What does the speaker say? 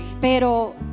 Pero